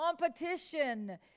competition